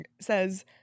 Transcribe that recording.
says